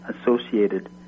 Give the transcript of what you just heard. associated